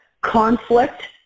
conflict